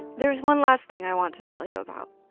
there is one last thing i want to tell you about.